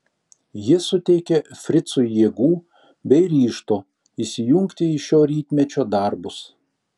ji suteikė fricui jėgų bei ryžto įsijungti į šio rytmečio darbus